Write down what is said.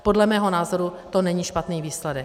Podle mého názoru to není špatný výsledek.